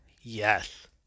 yes